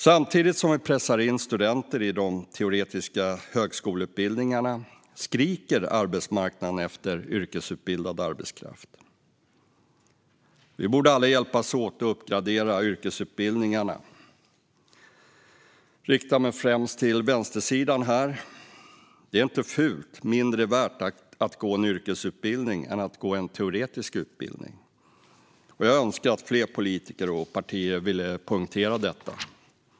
Samtidigt som vi pressar in studenter i de teoretiska högskoleutbildningarna skriker arbetsmarknaden efter yrkesutbildad arbetskraft. Vi borde alla hjälpas åt att uppgradera yrkesutbildningarna. Jag riktar mig främst till vänstersidan här. Det är inte fult eller mindre värt att gå en yrkesutbildning än att gå en teoretisk utbildning. Jag önskar att fler politiker och partier ville poängtera detta.